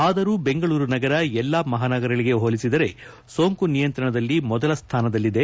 ಆದರೂ ಬೆಂಗಳೂರು ನಗರ ಎಲ್ಲಾ ಮಹಾನಗರಗಳಿಗೆ ಹೋಲಿಸಿದರೆ ಸೋಂಕು ನಿಯಂತ್ರಣದಲ್ಲಿ ಮೊದಲ ಸ್ಟಾನದಲ್ಲಿದೆ